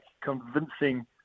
convincing